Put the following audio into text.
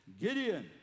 Gideon